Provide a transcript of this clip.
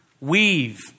weave